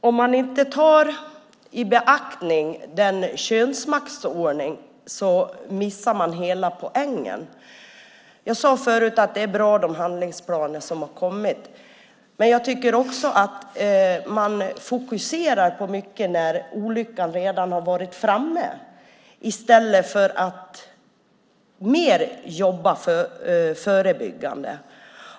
Om man inte tar i beaktande könsmaktsordningen missar man hela poängen. Jag sade förut att de handlingsplaner som har kommit är bra. Men jag tycker också att man fokuserar mycket på vad som händer när olyckan redan har varit framme i stället för att jobba mer förebyggande.